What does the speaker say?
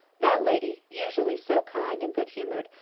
that lady, usually so kind and good-humoured,